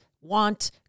want